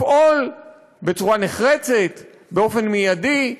לפעול בצורה נחרצת, באופן מיידי,